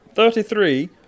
Thirty-three